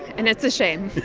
and it's a shame.